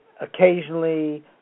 occasionally